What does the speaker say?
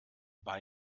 bei